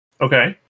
Okay